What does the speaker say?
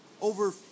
over